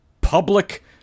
public